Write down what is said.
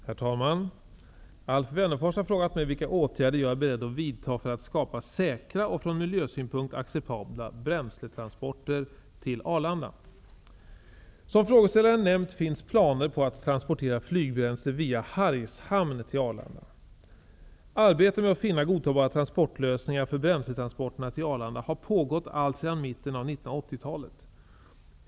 Herr talman! Alf Wennerfors har frågat mig vilka åtgärder jag är beredd att vidta för att skapa säkra och från miljösynpunkt acceptabla bränsletransporter till Arlanda. Som frågeställaren nämnt finns planer på att transportera flygbränsle via Hargshamn till Arbetet med att finna godtagbara transportlösningar för bränsletransporterna till Arlanda har pågått alltsedan mitten av 1980-talet.